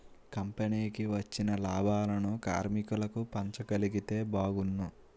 కంపెనీకి వచ్చిన లాభాలను కార్మికులకు పంచగలిగితే బాగున్ను